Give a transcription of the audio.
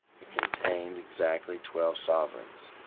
it contained exactly twelve sovereigns.